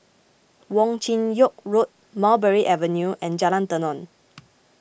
Wong Chin Yoke Road Mulberry Avenue and Jalan Tenon